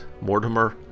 Mortimer